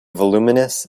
voluminous